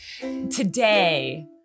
today